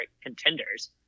contenders